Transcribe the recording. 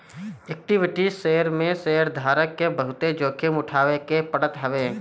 equity share में शेयरधारक के बहुते जोखिम उठावे के पड़त हवे